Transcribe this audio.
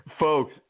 Folks